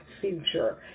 future